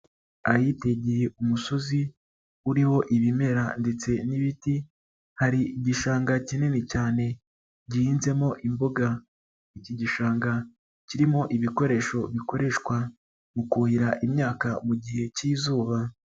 Ahitegeye umusozi uriho ibimera ndetse n'ibiti hari igishanga kinini cyane gihinzemo imboga, iki gishanga kirimo ibikoresho bikoreshwa mu kuhira imyaka mu gihe cy'izuba.